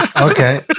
Okay